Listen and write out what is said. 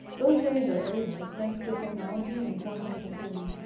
those days are over, thanks to technology and quantum computing.